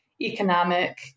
economic